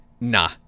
Nah